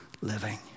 living